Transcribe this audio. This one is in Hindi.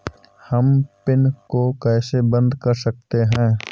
हम पिन को कैसे बंद कर सकते हैं?